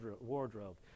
wardrobe